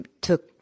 took